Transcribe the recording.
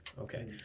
Okay